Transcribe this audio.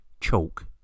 chalk